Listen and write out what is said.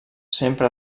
sempre